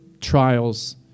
trials